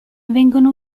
vengono